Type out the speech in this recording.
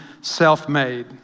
self-made